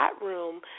room